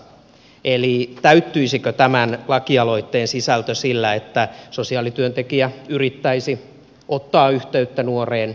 eli täyttyisikö tämän laki aloitteen sisältö sillä että sosiaalityöntekijä yrittäisi ottaa yhteyttä nuoreen